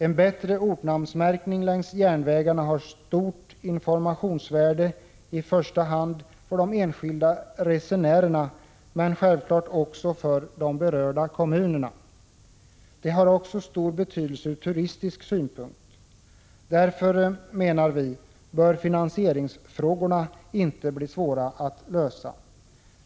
En bättre ortnamnsmärkning längs järnvägarna har stort informationsvärde, främst för de enskilda resenärerna men självfallet också för de berörda kommunerna. Detta har också stor betydelse ur turistsynpunkt. Därför, menar vi, bör finansieringsfrågorna inte bli svåra att lösa.